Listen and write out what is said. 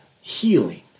healing